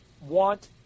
want